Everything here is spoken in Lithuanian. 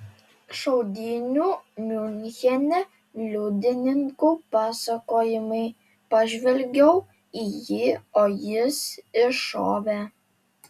šaudynių miunchene liudininkų pasakojimai pažvelgiau į jį o jis iššovė